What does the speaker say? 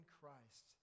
Christ